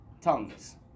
tongues